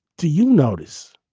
do you notice?